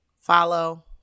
Follow